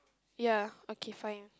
ya okay fine